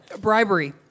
Bribery